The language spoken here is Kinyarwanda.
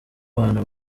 abantu